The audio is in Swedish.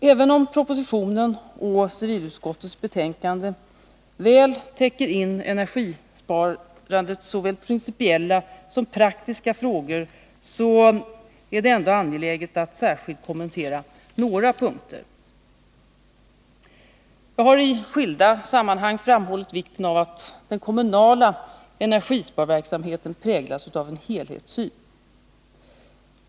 | Även om propositionen och civilutskottets betänkande väl täcker in energisparandets såväl principiella som praktiska frågor finner jag det angeläget att särskilt kommentera några punkter. Jag har i skilda sammanhang framhållit vikten av att den kommunala energisparverksamheten präglas av en helhetssyn.